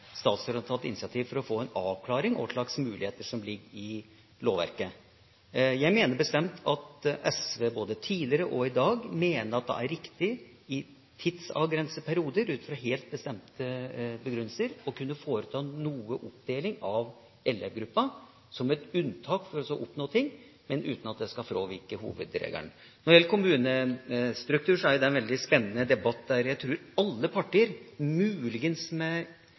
statsråden har tatt initiativ for å få en avklaring av hva slags muligheter som ligger i lovverket. SV, både tidligere og i dag, mener at det er riktig i tidsavgrensede perioder, ut fra helt bestemte begrunnelser, å kunne foreta noe oppdeling av elevgruppa, som et unntak for å oppnå ting, men uten at det skal fravike hovedregelen. Når det gjelder kommunestruktur, er jo det en veldig spennende debatt, der jeg tror alle partier, muligens med